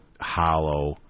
hollow